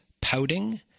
pouting